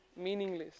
meaningless